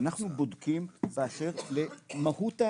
ואנחנו בודקים באשר למהות,